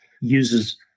uses